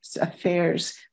Affairs